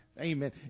Amen